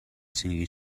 singing